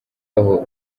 aho